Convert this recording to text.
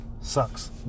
sucks